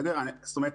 זאת אומרת,